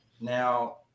now